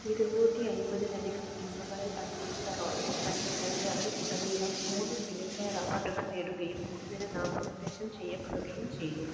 ഇരുന്നൂറ്റി അമ്പതി ൽ അധികം സിനിമകളിൽ അഭിനയിച്ച റോയ് തന്റെ കരിയറിൽ ഉടനീളം മൂന്ന് ഫിലിംഫെയർ അവാർഡുകൾ നേടുകയും ഒന്നിന് നാമനിർദ്ദേശം ചെയ്യപ്പെടുകയും ചെയ്തു